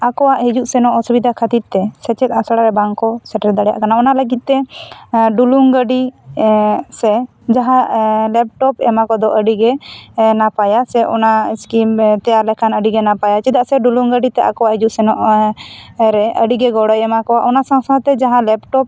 ᱟᱠᱚᱣᱟᱜ ᱦᱤᱡᱩᱜ ᱥᱮᱱᱚᱜ ᱚᱥᱤᱵᱤᱫᱷᱟ ᱠᱷᱟᱹᱛᱤᱨ ᱛᱮ ᱥᱮᱪᱮᱫ ᱟᱥᱲᱟ ᱨᱮ ᱵᱟᱝ ᱠᱚ ᱥᱮᱴᱮᱨ ᱫᱟᱲᱮᱭᱟᱜ ᱠᱟᱱᱟ ᱚᱱᱟ ᱞᱟᱹᱜᱤᱫ ᱛᱮ ᱰᱩᱞᱩᱝ ᱜᱟᱹᱰᱤ ᱥᱮ ᱡᱟᱦᱟ ᱞᱮᱯᱴᱚᱯ ᱮᱢᱟᱱ ᱠᱚ ᱫᱚ ᱟᱹᱰᱤ ᱜᱮ ᱱᱟᱯᱟᱭᱟ ᱥᱮ ᱚᱱᱟ ᱤᱥᱠᱤᱢ ᱛᱮᱭᱟᱨ ᱞᱮᱠᱷᱟᱱ ᱟᱹᱰᱤ ᱜᱮ ᱱᱟᱯᱟᱭᱟ ᱪᱮᱫᱟᱜ ᱥᱮ ᱰᱩᱞᱩᱝ ᱜᱟᱹᱰᱤ ᱛᱮ ᱟᱠᱚ ᱦᱤᱡᱩᱜ ᱥᱮᱱᱚᱜ ᱨᱮ ᱟᱹᱰᱤ ᱜᱤ ᱜᱚᱲᱚᱭ ᱮᱢᱟ ᱠᱚᱣᱟ ᱚᱱᱟ ᱥᱟᱶ ᱥᱟᱶ ᱛᱮ ᱡᱟᱦᱟ ᱞᱮᱯᱴᱚᱯ